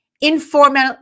informal